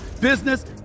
business